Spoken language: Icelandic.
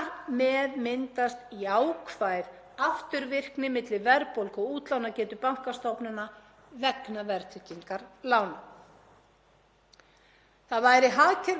Það væri hagkerfinu mjög til trafala í framtíðinni, sem sjá má af upptalningunni hér að ofan og umfjölluninni áður, ef hlutur verðtryggðra lána aukist á